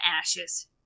ashes